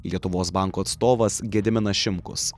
lietuvos banko atstovas gediminas šimkus